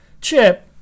Chip